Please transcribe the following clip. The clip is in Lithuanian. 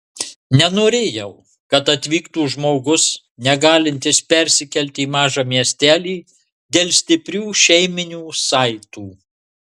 nenorėjau kad atvyktų žmogus negalintis persikelti į mažą miestelį dėl stiprių šeiminių saitų